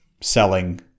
selling